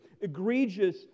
egregious